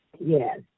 Yes